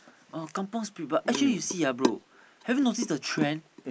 uh kampung spirit but actually you see ah bro have you notice the trend